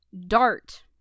Dart